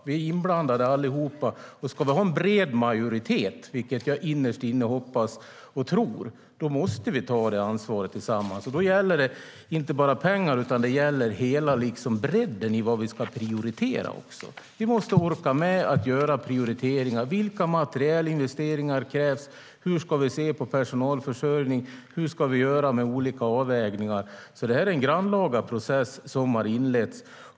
Vi är allihop inblandade. Det är en grannlaga process som har inletts.